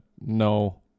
no